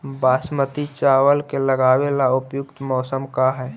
बासमती चावल के लगावे ला उपयुक्त मौसम का है?